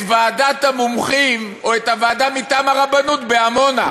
ועדת המומחים או את הוועדה מטעם הרבנות בעמונה.